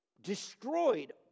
destroyed